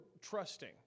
trusting